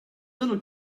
little